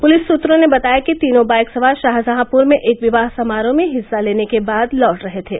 police सूत्रों ने बताया कि तीनों बाईक सवार शाहजहांपुर में एक विवाह समारोह में हिस्सा लेने के बाद लौट रहे थे